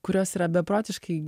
kurios yra beprotiškai